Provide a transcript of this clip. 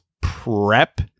prep